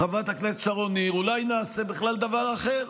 חברת הכנסת שרון ניר, אולי נעשה בכלל דבר אחר: